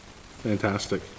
fantastic